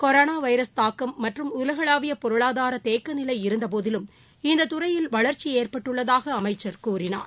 corona virus தாக்கம் மற்றம் உலகளாவிய பொருளாதார தேக்கநிலை இருந்தபோதிலும் இந்த துறையில் வளர்ச்சி ஏற்பட்டுள்ளதாக அமைச்சர் கூறினார்